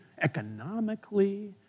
economically